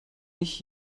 nicht